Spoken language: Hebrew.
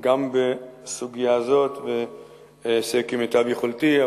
גם בסוגיה הזאת ואעשה כמיטב יכולתי.